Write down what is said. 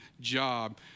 job